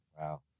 Wow